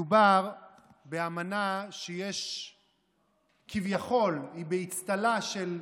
מדובר באמנה שהיא כביכול באצטלה של